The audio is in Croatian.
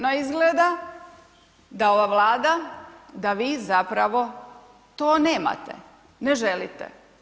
No, izgleda da ova Vlada, da vi zapravo to nemate, ne želite.